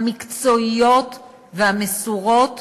המקצועיות והמסורות